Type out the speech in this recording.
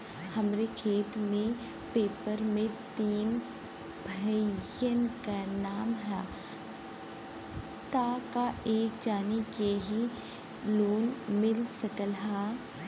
हमरे खेत के पेपर मे तीन भाइयन क नाम ह त का एक जानी के ही लोन मिल सकत ह?